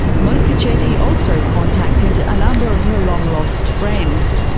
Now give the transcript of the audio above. monika chetty also contacted a number of her long-lost friends.